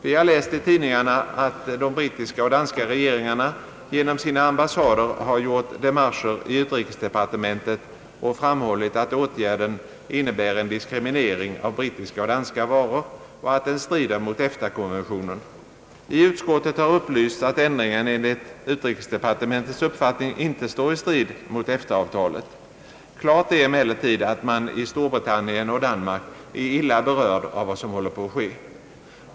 Vi har läst i tidningarna att de brittiska och danska regeringarna genom sina ambassader har gjort demarscher i utrikesdepartementet och framhållit att åtgärden innebär en diskriminering av brittiska och danska varor och att den strider mot EFTA-konventionen. I utskottet har upplysts att ändringen enligt utrikesdepartementets uppfattning inte står i strid mot EFTA-avtalet. Klart är emellertid att man i Storbritannien och Danmark är illa berörd av vad som håller på att ske.